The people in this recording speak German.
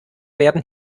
werden